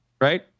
right